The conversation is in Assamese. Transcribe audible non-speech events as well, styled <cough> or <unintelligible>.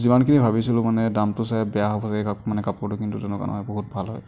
যিমানখিনি ভাবিছিলোঁ মানে দামটো চাই বেয়া <unintelligible> মানে কাপোৰটো কিন্তু তেনেকুৱা নহয় বহুত ভাল হয়